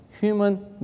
human